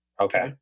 Okay